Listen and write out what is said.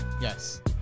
Yes